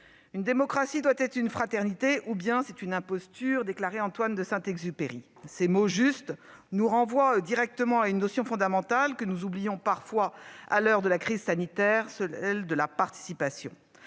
une démocratie doit être une fraternité ; sinon, c'est une imposture », déclarait Antoine de Saint-Exupéry. Ces mots justes nous renvoient directement à une notion fondamentale que nous oublions parfois à l'heure de la crise sanitaire, celle de la participation.